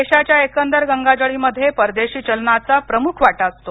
देशाच्या एकंदर गंगाजळीमध्ये परदेशी चलनाच प्रमुख वाटा असतो